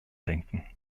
denken